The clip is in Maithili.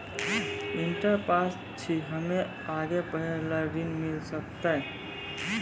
इंटर पास छी हम्मे आगे पढ़े ला ऋण मिल सकत?